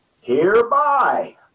Hereby